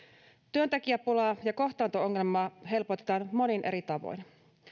työntekijäpulaa ja kohtaanto ongelmaa helpotetaan monin eri tavoin